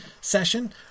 session